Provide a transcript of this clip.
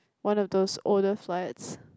one of those older flats